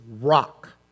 rock